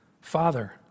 Father